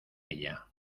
ella